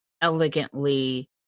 elegantly